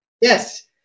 Yes